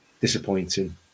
disappointing